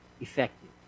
effective